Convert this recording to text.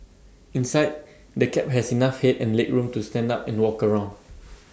inside the cab has enough Head and legroom to stand up and walk around